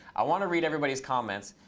i want to read everybody's comments.